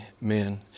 men